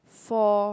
for